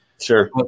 Sure